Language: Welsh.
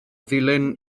ddulyn